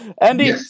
Andy